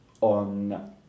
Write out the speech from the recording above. on